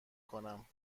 کنم